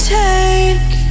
take